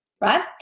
right